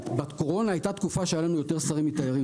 בקורונה הייתה קופה שהיו לנו יותר שרים מתיירים,